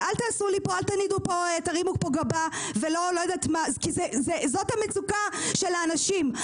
ואל תרימו פה גבה ואני לא יודעת מה כי זו המצוקה של האנשים.